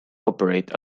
operate